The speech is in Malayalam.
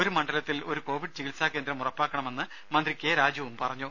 ഒരു മണ്ഡലത്തിൽ ഒരു കോവിഡ് ചികിത്സാകേന്ദ്രം ഉറപ്പാക്കണമെന്ന് മന്ത്രി കെ രാജുവും പറഞ്ഞു